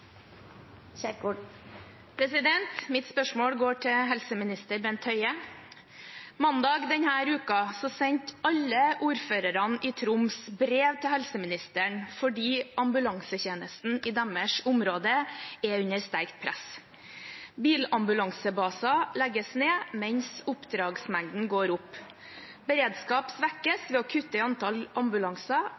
Mitt spørsmål går til helseminister Bent Høie. Mandag i denne uken sendte alle ordførerne i Troms brev til helseministeren fordi ambulansetjenesten i deres område er under sterkt press. Bilambulansebaser legges ned, mens oppdragsmengden går opp. Beredskap svekkes ved at man kutter i antall ambulanser,